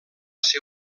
ser